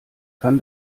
kann